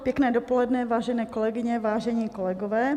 Pěkné dopoledne, vážené kolegyně, vážení kolegové.